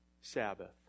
Sabbath